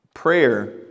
Prayer